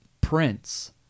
Prince